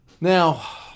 Now